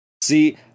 See